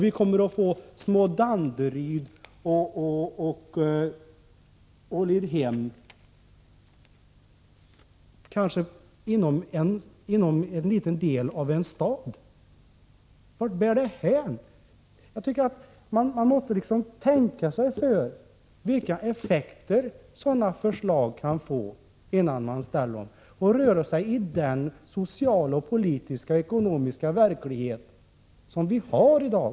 Vi kommer att få små Danderyd och Ålidhem, kanske inom en liten del av en stad. Vart bär det hän? Man måste tänka sig för, vilka effekter sådana förslag kan få, innan man ställer dem och röra sig i den sociala, politiska och ekonomiska miljö som vi har i dag.